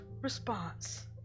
response